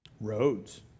roads